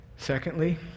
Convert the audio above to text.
Secondly